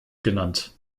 genannt